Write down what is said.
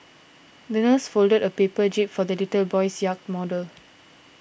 the nurse folded a paper jib for the little boy's yacht model